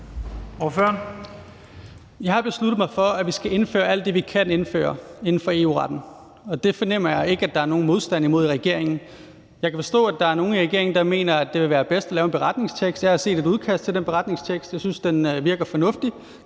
Jeg har besluttet mig for, at vi skal indføre alt det, vi kan indføre inden for EU-retten, og det fornemmer jeg ikke at der er nogen modstand imod i regeringen. Jeg kan forstå, at der er nogen i regeringen, der mener, at det ville være bedst at lave en beretningstekst. Jeg har set et udkast til den beretningstekst, og jeg synes, at det virker fornuftigt.